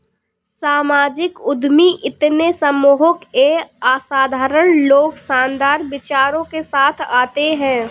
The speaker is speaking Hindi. सामाजिक उद्यमी इतने सम्मोहक ये असाधारण लोग शानदार विचारों के साथ आते है